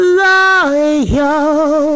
loyal